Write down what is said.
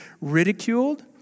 ridiculed